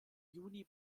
juni